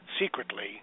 secretly